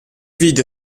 video